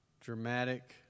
dramatic